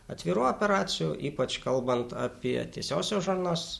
atvirų operacijų ypač kalbant apie tiesiosios žarnos